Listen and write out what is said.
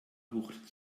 wucht